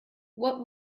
what